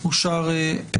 הצבעה בעד,